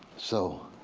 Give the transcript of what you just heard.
so,